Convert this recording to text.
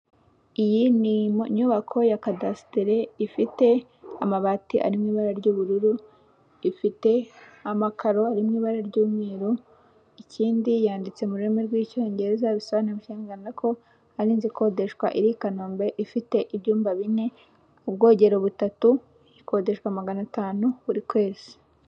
Iyi ni inyubako ya kadasitere ifite amabati arimo ibara ry'ubururu. Ifite amakaro ari mu ibara ry'umweru, ikindi yanditse mu rurimi rw'icyongereza bisobanuye mu Kinyarwanda ko ari inzu ikodeshwa iri i Kanombe, ifite ibyumba bine ubwogero butatu, ikodeshwa magana atanu buri kwezi.